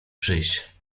przyjść